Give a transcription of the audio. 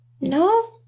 No